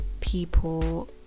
people